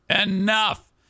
Enough